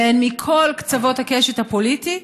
והן מכל קצוות הקשת הפוליטית,